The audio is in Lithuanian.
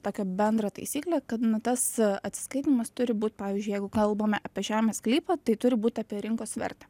tokią bendrą taisyklę kad nu tas atsiskaitymas turi būt pavyzdžiui jeigu kalbame apie žemės sklypą tai turi būt apie rinkos vertę